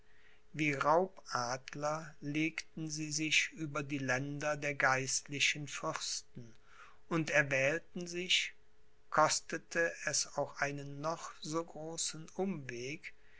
wie raubadler legten sie sich über die länder der geistlichen fürsten und erwählten sich kostete es auch einen noch so großen umweg